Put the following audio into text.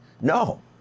no